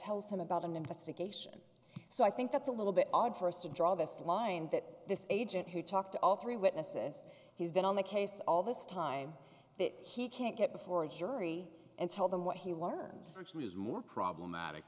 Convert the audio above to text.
tells him about an investigation so i think that's a little bit odd for us to draw this line that this agent who talked to all three witnesses he's been on the case all this time that he can't get before a jury and tell them what he learns actually is more problematic